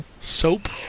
Soap